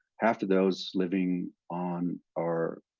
half of those living, on our